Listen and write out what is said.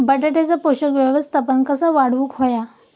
बटाट्याचा पोषक व्यवस्थापन कसा वाढवुक होया?